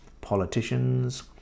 Politicians